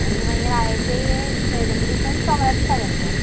आनी मागीर आय ए से प्रेजेन्टेशन सोमारा दिसा घेतलो